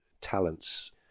talents